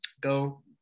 Go